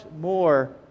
more